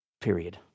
Period